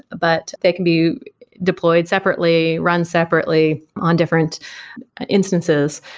but they can be deployed separately, run separately on different instances.